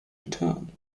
return